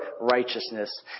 righteousness